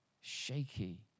shaky